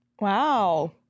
Wow